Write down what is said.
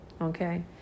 okay